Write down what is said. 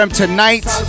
tonight